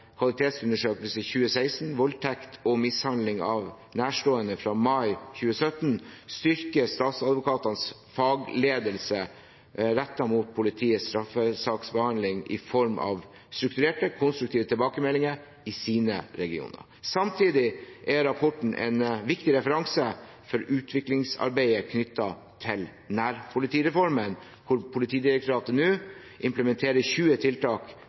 kvalitetsundersøkelse 2016 – voldtekt og mishandling av nærstående, fra mai 2017, styrke statsadvokatenes fagledelse rettet mot politiets straffesaksbehandling i form av strukturerte, konstruktive tilbakemeldinger i sine regioner. Samtidig er rapporten en viktig referanse for utviklingsarbeidet knyttet til nærpolitireformen, hvor Politidirektoratet nå implementerer 20 tiltak